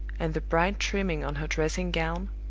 and the bright trimming on her dressing-gown,